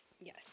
Yes